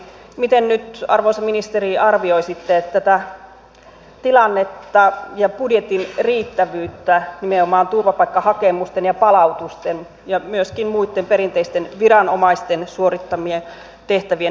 miten nyt arvoisa ministeri arvioisitte tätä tilannetta ja budjetin riittävyyttä nimenomaan turvapaikkahakemusten ja palautusten ja myöskin muitten perinteisten viranomaisten suorittamien tehtävien näkökulmasta